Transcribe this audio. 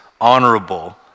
honorable